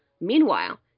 Meanwhile